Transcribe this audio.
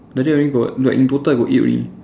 like that only got like in total got eight only